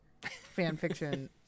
fanfiction